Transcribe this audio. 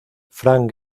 frank